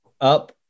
up